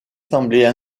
semblait